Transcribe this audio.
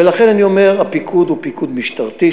ולכן אני אומר, הפיקוד הוא פיקוד משטרתי,